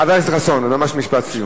חבר הכנסת חסון, ממש משפט סיום.